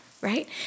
right